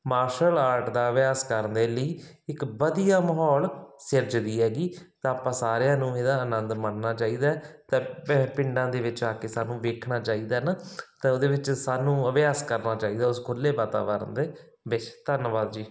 martial art ਦਾ ਅਭਿਆਸ ਕਰਨ ਦੇ ਲਈ ਇੱਕ ਵਧੀਆ ਮਾਹੌਲ ਸਿਰਜਦੀ ਹੈਗੀ ਤਾਂ ਆਪਾਂ ਸਾਰਿਆਂ ਨੂੰ ਇਹਦਾ ਆਨੰਦ ਮਾਨਣਾ ਚਾਹੀਦਾ ਤਾਂ ਪਿੰਡਾਂ ਦੇ ਵਿੱਚ ਜਾ ਕੇ ਸਾਨੂੰ ਵੇਖਣਾ ਚਾਹੀਦਾ ਨਾ ਤਾਂ ਉਹਦੇ ਵਿੱਚ ਸਾਨੂੰ ਅਭਿਆਸ ਕਰਨਾ ਚਾਹੀਦਾ ਉਸ ਖੁੱਲੇ ਵਾਤਾਵਰਨ ਦੇ ਵਿੱਚ ਧੰਨਵਾਦ ਜੀ